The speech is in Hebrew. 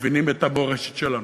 מבינים את המורשת שלנו.